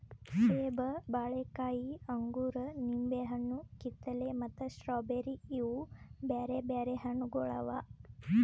ಸೇಬ, ಬಾಳೆಕಾಯಿ, ಅಂಗೂರ, ನಿಂಬೆ ಹಣ್ಣು, ಕಿತ್ತಳೆ ಮತ್ತ ಸ್ಟ್ರಾಬೇರಿ ಇವು ಬ್ಯಾರೆ ಬ್ಯಾರೆ ಹಣ್ಣುಗೊಳ್ ಅವಾ